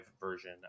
version